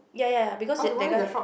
ya ya ya because that that guy